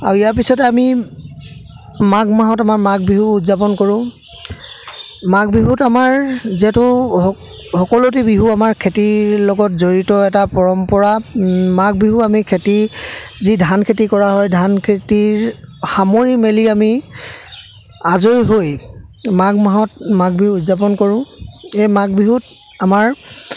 আৰু ইয়াৰ পিছতে আমি মাঘ মাহত আমাৰ মাঘ বিহু উদযাপন কৰোঁ মাঘ বিহুত আমাৰ যিহেতু সকলোটি বিহু আমাৰ খেতিৰ লগত জড়িত এটা পৰম্পৰা মাঘ বিহু আমি খেতি যি ধান খেতি কৰা হয় ধান খেতিৰ সামৰি মেলি আমি আজৰি হৈ মাঘ মাহত মাঘ বিহু উদযাপন কৰোঁ এই মাঘ বিহুত আমাৰ